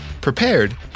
prepared